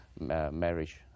marriage